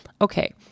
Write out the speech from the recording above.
Okay